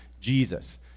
Jesus